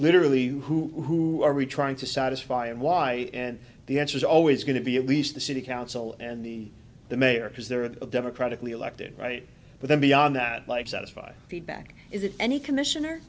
literally who are we trying to satisfy and why and the answer is always going to be at least the city council and the the mayor because there are a democratically elected right but then beyond that like satisfied feedback is it any commissioner